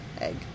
Egg